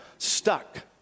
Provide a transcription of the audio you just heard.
Stuck